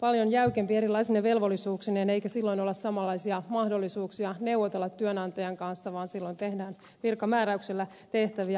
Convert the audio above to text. paljon jäykempi erilaisine velvollisuuksineen eikä silloin ole samanlaisia mahdollisuuksia neuvotella työnantajan kanssa vaan silloin tehdään virkamääräyksellä tehtäviä